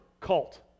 cult